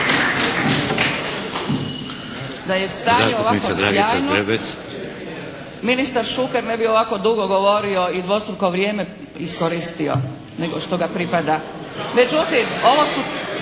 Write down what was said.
Da je stvarno ovako sjajno ministar Šuker ne bi ovako dugo govorio i dvostruko vrijeme iskoristio nego što ga pripada.